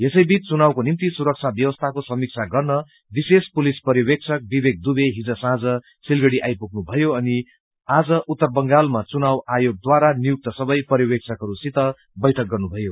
यसैबीच चुनावको निम्ति सुरक्षा व्यवस्थाको समिीक्षा गर्न विशेष पुलिस पर्यवेक्षक विवेक दुबे हिज साँझ सिलगड़ी आइपुग्नुभयो अनि आज उत्तर बंगालमा चुनाव आयोगद्वारा नियुक्त पर्यवेक्षकहरूसित बैठक गर्नुभयो